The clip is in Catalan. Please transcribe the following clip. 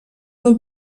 del